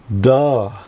Duh